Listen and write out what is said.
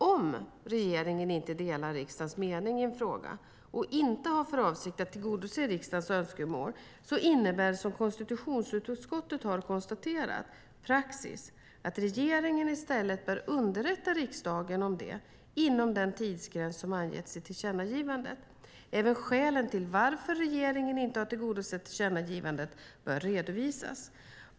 Om regeringen inte delar riksdagens mening i en fråga och inte har för avsikt att tillgodose riksdagens önskemål, innebär - som konstitutionsutskottet har konstaterat - praxis att regeringen i stället bör underrätta riksdagen om detta inom den tidsgräns som angetts i tillkännagivandet. Även skälen till att regeringen inte har tillgodosett tillkännagivandet bör redovisas.